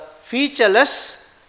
featureless